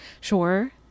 Sure